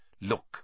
Look